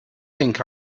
think